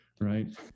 Right